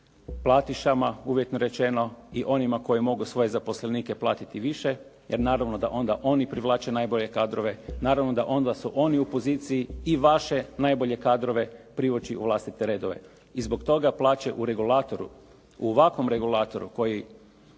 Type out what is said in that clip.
platišama, uvjetno rečeno, i onima koji mogu svoje zaposlenike platiti više, jer naravno da onda oni privlače najbolje kadrove, naravno da onda su oni u poziciji i vaše najbolje kadrove privući u vlastite redove. I zbog toga plaće u regulatoru, u ovakvom regulatoru koji